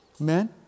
Amen